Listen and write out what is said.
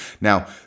Now